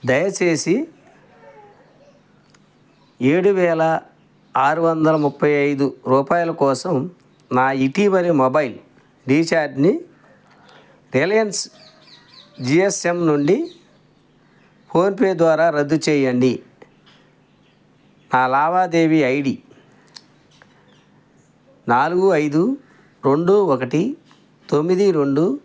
దయచేసి ఏడు వేల ఆరు వందల ముప్పై ఐదు రూపాయల కోసం నా ఇటీవలి మొబైల్ రీఛార్జ్ని రిలయన్స్ జీ ఎస్ ఎమ్ నుండి ఫోన్పే ద్వారా రద్దు చేయండి నా లావాదేవీ ఐ డీ నాలుగు ఐదు రెండు ఒకటి తొమ్మిది రెండు